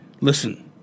listen